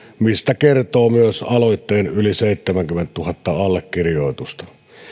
mistä kertoo myös aloitteen yli seitsemänkymmentätuhatta allekirjoitusta